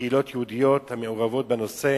קהילות יהודיות המעורבות בנושא,